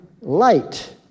light